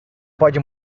pode